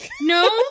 No